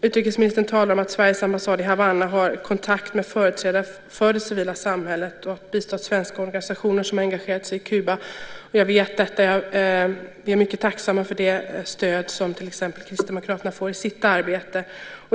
Utrikesministern talar om att Sveriges ambassad i Havanna har kontakt med företrädare för det civila samhället och har bistått svenska organisationer som har engagerat sig i Kuba. Jag vet detta, och vi är mycket tacksamma för det stöd som till exempel Kristdemokraterna får i sitt arbete.